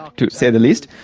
to say the least,